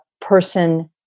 person